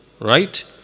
right